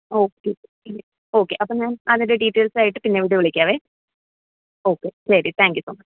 okay okay ഇനി okay അപ്പം ഞാൻ അതിൻ്റെ ഡീറ്റെയിൽസ് ആയിട്ട് പിന്നീട് വിളിക്കാം ഓക്കെ ശരി താങ്ക്യൂ സോ മച്ച്